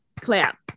clap